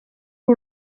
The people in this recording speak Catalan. que